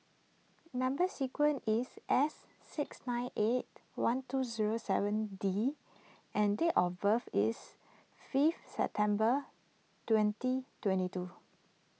Number Sequence is S six nine eight one two zero seven D and date of birth is fifth September twenty twenty two